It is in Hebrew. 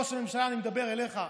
אדוני ראש הממשלה, אני מדבר אליך.